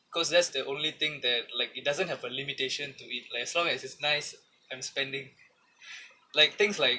cause that's the only thing that like it doesn't have a limitation to eat like as long as it's nice I'm spending like things like